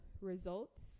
results